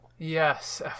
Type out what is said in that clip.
Yes